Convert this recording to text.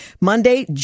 Monday